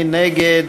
מי נגד?